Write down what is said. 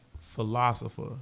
philosopher